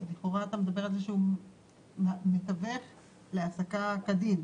לכאורה אתה מדבר על זה שהוא מתווך להעסקה כדין,